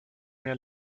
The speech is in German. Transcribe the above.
mehr